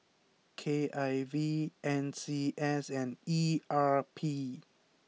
K I V N C S and E R P